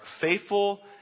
faithful